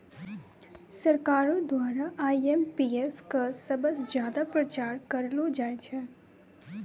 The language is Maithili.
सरकारो द्वारा आई.एम.पी.एस क सबस ज्यादा प्रचार करलो जाय छै